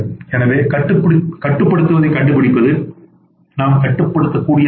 எனவே கட்டுப்படுத்துவதைக் கண்டுபிடிப்பது நாம் கட்டுப்படுத்தக்கூடியது என்ன